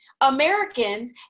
Americans